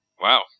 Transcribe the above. Wow